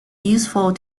useful